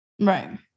right